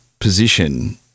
position